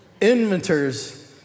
Inventors